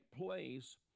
place